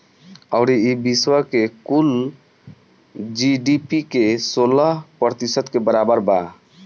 अउरी ई विश्व के कुल जी.डी.पी के सोलह प्रतिशत के बराबर बा